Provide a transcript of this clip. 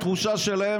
התחושה שלהם,